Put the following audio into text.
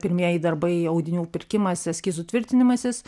pirmieji darbai audinių pirkimas eskizų tvirtinamasis